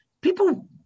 people